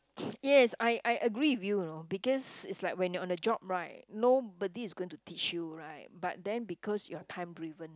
yes I I agree with you you know because its like when you are on a job right nobody is going to teach you right but then because you are time driven